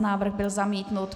Návrh byl zamítnut.